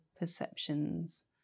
perceptions